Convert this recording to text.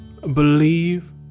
believe